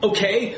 Okay